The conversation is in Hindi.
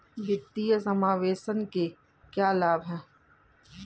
वित्तीय समावेशन के क्या लाभ हैं?